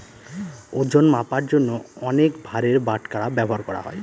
ওজন মাপার জন্য অনেক ভারের বাটখারা ব্যবহার করা হয়